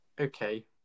Okay